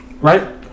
Right